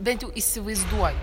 bet jau įsivaizduoji